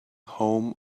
home